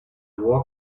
war